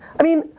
i mean,